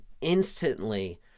instantly